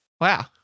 Wow